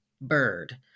bird